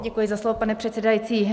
Děkuji za slovo, pane předsedající.